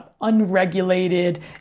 unregulated